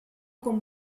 com